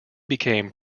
became